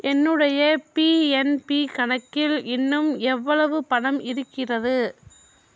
என்னுடைய பிஎன்பி கணக்கில் இன்னும் எவ்வளவு பணம் இருக்கிறது